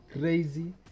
crazy